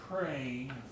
praying